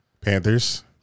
Panthers